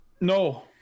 no